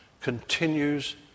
continues